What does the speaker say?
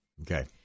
Okay